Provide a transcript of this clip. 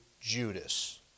Judas